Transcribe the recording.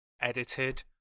edited